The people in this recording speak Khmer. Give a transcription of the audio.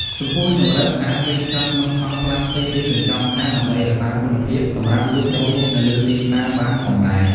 ចំពោះចង្រិតអាចវេចខ្ចប់ក្នុងថង់ប្លាស្ទិក ឬកញ្ចប់ស្អាតដើម្បីរក្សាគុណភាពសម្រាប់លក់ដូរនៅលើទីផ្សារបានផងដែរ។